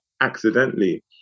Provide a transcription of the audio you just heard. accidentally